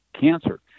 cancer